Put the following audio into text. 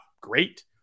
great